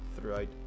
throughout